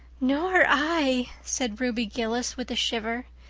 nor i, said ruby gillis, with a shiver.